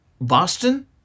Boston